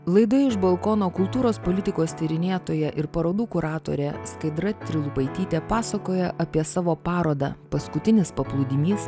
laidoje iš balkono kultūros politikos tyrinėtoja ir parodų kuratorė skaidra trilupaitytė pasakoja apie savo parodą paskutinis paplūdimys